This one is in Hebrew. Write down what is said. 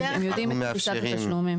הם יודעים את פריסת התשלומים.